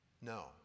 No